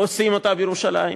עושים אותה בירושלים,